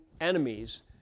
enemies